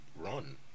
run